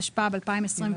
התשפ"ב-2022,